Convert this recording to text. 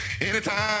Anytime